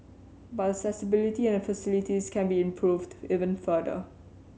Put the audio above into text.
but accessibility and facilities can be improved even further